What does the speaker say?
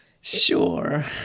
Sure